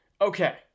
Okay